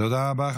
תודה רבה.